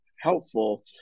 helpful